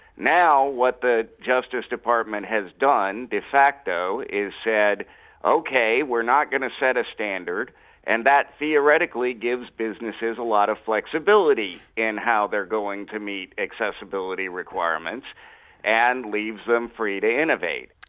now what the justice department has done, de facto, is said okay, we're not going to set a standard and that theoretically gives businesses a lot of flexibility in how they're going to meet accessibility requirements and leaves them free to innovate.